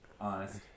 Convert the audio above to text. honest